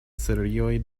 serioj